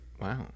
Wow